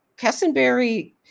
Kessenberry